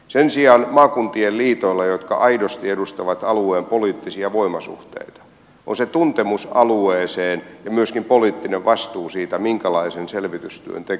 sen sijaan maakuntien liitoilla jotka aidosti edustavat alueen poliittisia voimasuhteita on se tuntemus alueeseen ja myöskin poliittinen vastuu siitä minkälaisen selvitystyön tekisivät